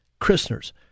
christner's